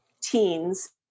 teens